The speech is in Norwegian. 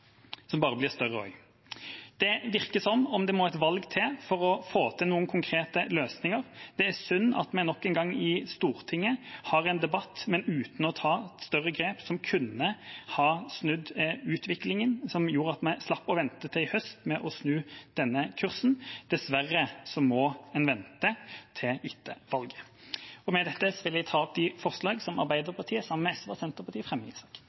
større. Det virker som det må et valg til for å få til noen konkrete løsninger. Det er synd at vi nok en gang i Stortinget har en debatt, men uten å ta større grep, som kunne ha snudd utviklingen, og som gjorde at vi slapp å vente til i høst med å snu denne kursen. Dessverre må en vente til etter valget. Med dette vil jeg ta opp forslagene som Arbeiderpartiet fremmer sammen med SV og Senterpartiet.